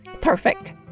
Perfect